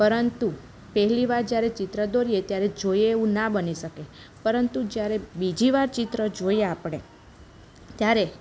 પરંતુ પહેલી વાર જ્યારે ચિત્ર દોરીએ ત્યારે જોઈએ એવું ના બની શકે પરંતુ જ્યારે બીજી વાર ચિત્ર જોઈએ આપણે ત્યારે